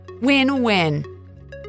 Win-win